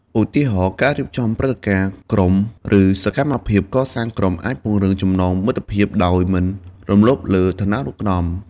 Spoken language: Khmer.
ឧទាហរណ៍ ការរៀបចំព្រឹត្តិការណ៍ក្រុម ឬសកម្មភាពកសាងក្រុមអាចពង្រឹងចំណងមិត្តភាពដោយមិនរំលោភលើឋានានុក្រម។